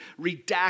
redact